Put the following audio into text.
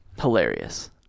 Hilarious